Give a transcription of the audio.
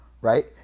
Right